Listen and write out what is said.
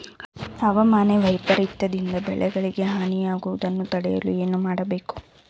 ಹವಾಮಾನ ವೈಪರಿತ್ಯ ದಿಂದ ಬೆಳೆಗಳಿಗೆ ಹಾನಿ ಯಾಗುವುದನ್ನು ತಡೆಯಲು ಏನು ಮಾಡಬೇಕು?